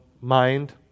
mind